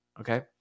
Okay